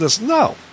no